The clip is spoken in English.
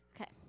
Okay